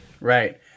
right